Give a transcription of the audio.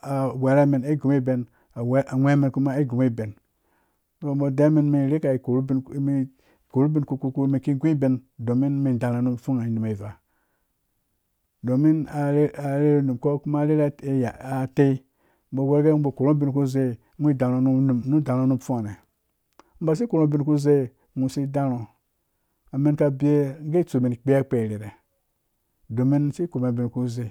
a wherhamen ai gũ boben, a gweemen ai gũbo ben so ubo deiwa men rika koru ubin kpukpi umen ki gu ben don men darha ru fungh ne ngho basi karhungho ubin ku zei ngho si darhungho amen ka bewa gee itsu men kpeakpeha rherhe domin men si korhhumen abenka zei.